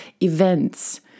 events